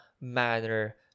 manner